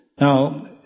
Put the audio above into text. Now